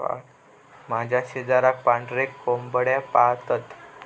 माझ्या शेजाराक पांढरे कोंबड्यो पाळतत